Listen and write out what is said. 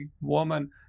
woman